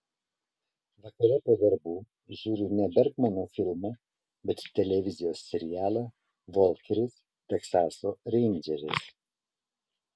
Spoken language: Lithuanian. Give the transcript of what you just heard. vakare po darbų žiūriu ne bergmano filmą bet televizijos serialą volkeris teksaso reindžeris